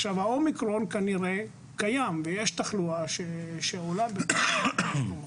עכשיו האומיקרון כנראה קיים ויש תחלואה שעולה בעקבותיו.